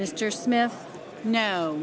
mr smith no